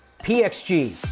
PXG